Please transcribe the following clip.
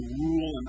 rule